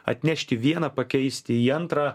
atnešti vieną pakeisti į antrą